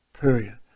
Period